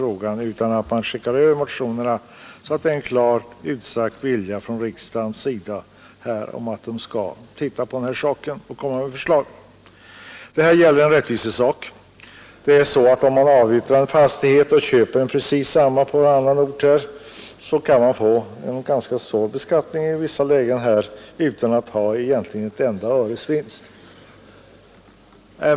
Vi anser det vara bäst att skicka över motionerna med en klart utsagd önskan från riksdagens sida om att kommittén skall titta på saken och komma med förslag. Det här gäller en rättvisesak. Om man avyttrar en fastighet och köper en precis likadan på en annan ort, så kan man i vissa lägen råka ut för en ganska svår beskattning utan att egentligen ha gjort ett enda öres vinst.